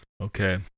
Okay